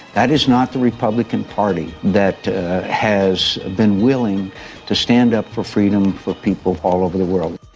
that is not the republican party that has been willing to stand up for freedom for people all over the world.